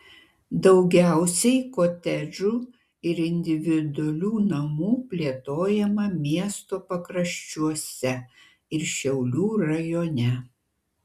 daugiausiai kotedžų ir individualių namų plėtojama miesto pakraščiuose ir šiaulių rajone